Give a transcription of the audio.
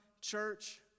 church